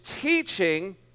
teaching